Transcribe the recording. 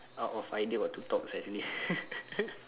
out of idea what to talk sia actually